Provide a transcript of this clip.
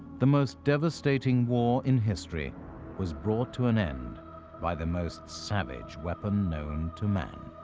the most devastating war in history was brought to an end by the most savage weapon known to man.